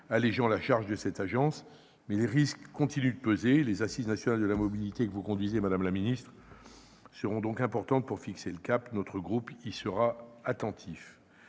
allégeant la charge de cette agence, mais les risques continuent de peser. Les assises nationales de la mobilité, que vous conduisez, madame la ministre, seront donc importantes pour fixer le cap ; notre groupe y sera attentif.